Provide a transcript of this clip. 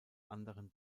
anderen